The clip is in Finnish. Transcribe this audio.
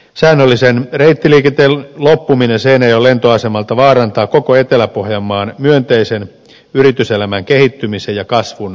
säännöllisen reittiliikenteen loppuminen seinäjoen lentoasemalta vaarantaa koko etelä pohjanmaan myönteisen yrityselämän kehittymisen ja kasvun mahdollisuuden